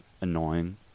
annoying